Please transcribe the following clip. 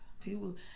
People